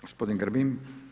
Gospodin Grbin.